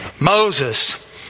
Moses